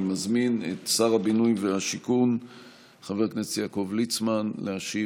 אני מזמין את שר הבינוי והשיכון חבר הכנסת יעקב ליצמן להשיב,